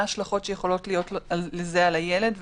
מה ההשלכות שיכולות להיות לזה על הילד,